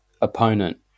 opponent